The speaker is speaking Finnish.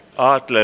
art le